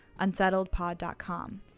UnsettledPod.com